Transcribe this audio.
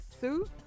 suit